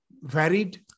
varied